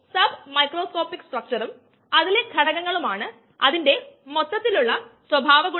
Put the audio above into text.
നമ്മുടെ ഹൈസ്കൂളിലും higher secondary സ്കൂളിലും മറ്റും നമ്മൾ ഇത് പഠിച്ചിട്ടുണ്ട്